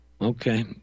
Okay